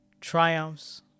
triumphs